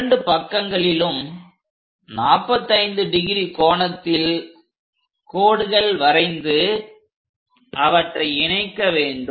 இரண்டு பக்கங்களிலும் 45° கோணத்தில் கோடுகள் வரைந்து அவற்றை இணைக்க வேண்டும்